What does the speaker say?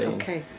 okay.